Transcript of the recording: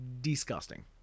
disgusting